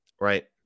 right